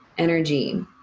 energy